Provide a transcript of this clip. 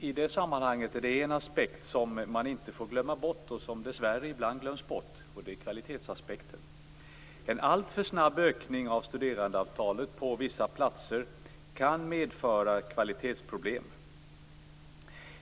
I det sammanhanget är det en aspekt man inte får glömma bort, men som dessvärre ibland glöms bort, nämligen kvalitetsaspekten. En alltför snabb ökning av studerandeantalet på vissa platser kan medföra kvalitetsproblem.